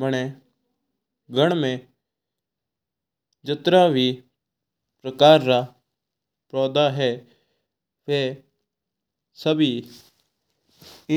मने घर में जात्रा भी प्रकार का पौधा है वा सभी